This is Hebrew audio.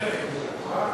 כולנו שמחים.